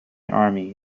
army